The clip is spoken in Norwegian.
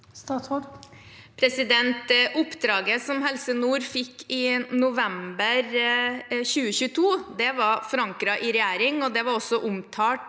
Oppdraget som Helse nord fikk i november 2022, var forankret i regjering, og det var også omtalt